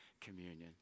communion